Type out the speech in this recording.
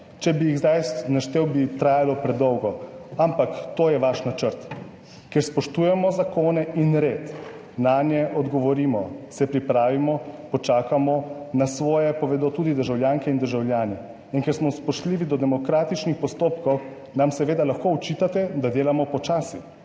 če bi jih zdaj naštel, bi trajalo predolgo, ampak to je vaš načrt. Ker spoštujemo zakone in red, nanje odgovorimo, se pripravimo, počakamo, naj svoje povedo tudi državljanke in državljani, in ker smo spoštljivi do demokratičnih postopkov, nam seveda lahko očitate, da delamo počasi.